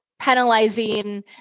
penalizing